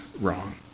wrong